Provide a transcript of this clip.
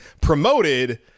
promoted